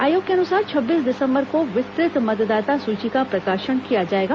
आयोग के अनुसार छब्बीस दिसम्बर को विस्तुत मतदाता सूची का प्रकाशन किया जाएगा